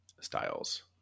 styles